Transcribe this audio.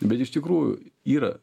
bet iš tikrų yra